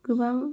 गोबां